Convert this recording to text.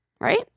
right